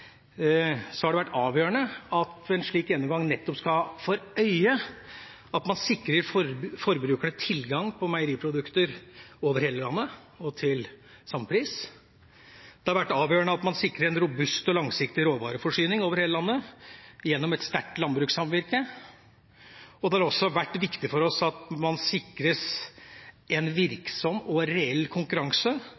så måte har bidratt til det. Det har vært avgjørende for oss å be om en slik gjennomgang uten å konkludere på om konkurranseforholdene er slik eller slik, noe jeg oppfatter saksordføreren inviterer til. Det har vært avgjørende at en slik gjennomgang nettopp skal ha for øye at en sikrer forbrukerne tilgang på meieriprodukter over hele landet og til samme pris. Det har vært avgjørende at man sikrer en robust og langsiktig